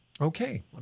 Okay